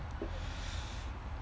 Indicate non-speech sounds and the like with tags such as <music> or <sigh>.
<breath>